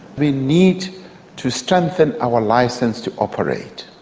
we need to strengthen our licence to operate,